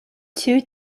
too